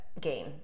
game